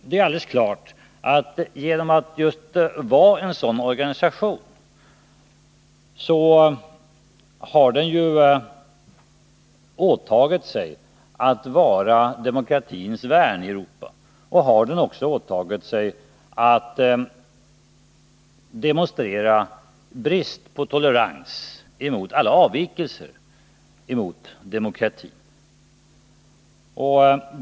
Det är alldeles klart att genom att vara just en sådan organisation så har Europarådet åtagit sig att värna om demokratin i Europa och också åtagit sig att visa intolerans mot alla avvikelser från demokratin.